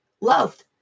loved